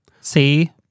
See